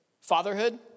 fatherhood